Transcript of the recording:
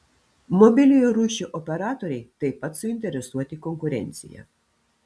mobiliojo ryšio operatoriai taip pat suinteresuoti konkurencija